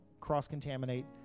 cross-contaminate